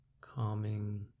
calming